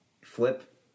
flip